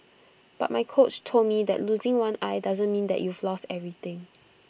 but my coach told me that losing one eye doesn't mean that you've lost everything